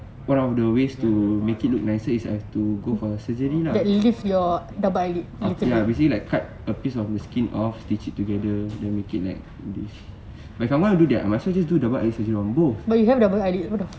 one of the ways to make it look nicer is I have to go for the surgery lah ya basically like cut a piece of the skin off and then stitch it together and make it like but someone do that but just double surgery on both